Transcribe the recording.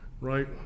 right